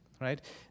Right